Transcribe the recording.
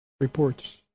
reports